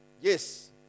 yes